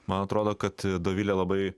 man atrodo kad dovilė labai